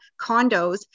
condos